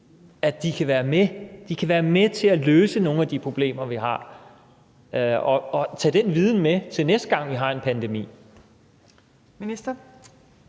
at de kan være med til at løse nogle af de problemer, vi har, og tage den viden med til næste gang, vi har en pandemi.